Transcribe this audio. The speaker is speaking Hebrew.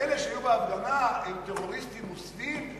שאלה שהיו בהפגנה הם טרוריסטים מוסווים?